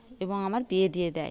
এবং আমার বিয়ে দিয়ে দেয়